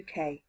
UK